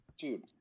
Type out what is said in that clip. Dude